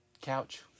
couch